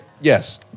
Yes